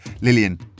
Lillian